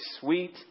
sweet